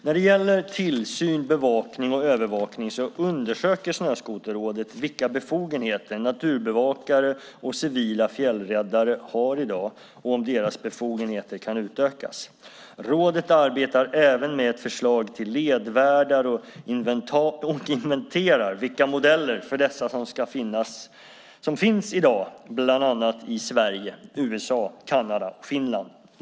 När det gäller tillsyn, bevakning och övervakning undersöker Snöskoterrådet vilka befogenheter naturbevakare och civila fjällräddare har i dag och om deras befogenheter kan utökas. Rådet arbetar även med ett förslag till ledvärdar och inventerar vilka modeller för dessa som finns i dag bland annat i Sverige, USA, Kanada och Finland.